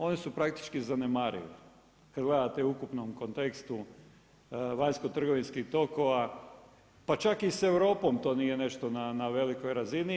Oni su praktički zanemarivi, kada gledate u ukupnom kontekstu vanjsko trgovinskih tokova, pa čak ni sa Europom to nije nešto na velikoj razini.